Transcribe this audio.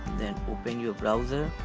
then open your browser